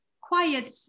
quiet